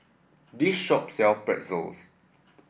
this shop sell Pretzels